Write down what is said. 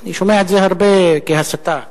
אני שומע את זה הרבה, כהסתה,